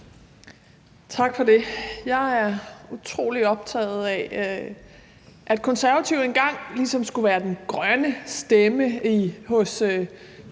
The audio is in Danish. Tak for det. Jeg er utrolig optaget af, at Konservative engang ligesom skulle være den grønne stemme hos